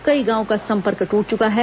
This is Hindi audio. कई गांवों का संपर्क दूट चुका है